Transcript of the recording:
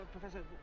Professor